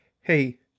hey